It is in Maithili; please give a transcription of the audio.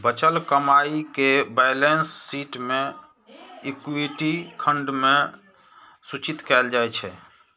बचल कमाइ कें बैलेंस शीट मे इक्विटी खंड मे सूचित कैल जाइ छै